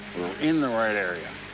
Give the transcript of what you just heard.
in the right area.